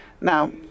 now